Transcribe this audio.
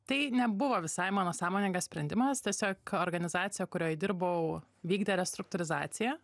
tai nebuvo visai mano sąmoningas sprendimas tiesiog organizacija kurioj dirbau vykdė restruktūrizaciją